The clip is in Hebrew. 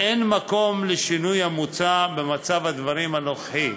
ואין מקום לשינוי המוצע במצב הדברים הנוכחי.